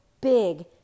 big